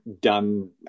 done